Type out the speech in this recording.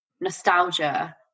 nostalgia